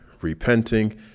repenting